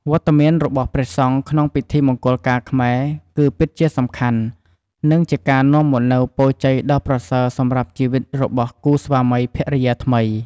វត្តមានរបស់ព្រះសង្ឃក្នុងពិធីមង្គលការខ្មែរ គឺពិតជាសំខាន់ និងជាការនាំមកនូវពរជ័យដ៏ប្រសើរសម្រាប់ជីវិតរបស់គូស្វាមីភរិយាថ្មី។